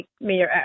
Mayor